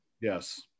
yes